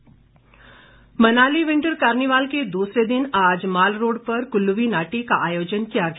winter carnival Manali winter carnival के दूसरे दिन आज मालरोड़ पर कुल्लवी नाटी का आयोजन किया गया